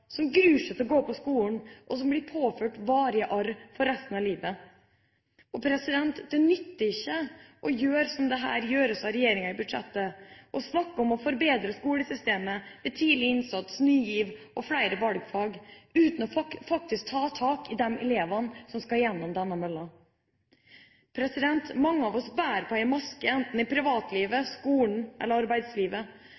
som gruer seg til å gå på skolen, og som blir påført arr for resten av livet. Det nytter ikke å gjøre slik regjeringa gjør i budsjettet, snakke om å forbedre skolesystemet med tidlig innsats, Ny GIV og flere valgfag, uten faktisk å ta tak i de elevene som skal gjennom denne mølla. Mange av oss bærer en maske, enten i privatlivet,